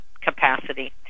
capacity